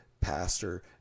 pastor